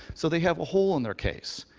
so they have a hole in their case.